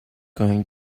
going